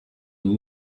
will